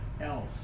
else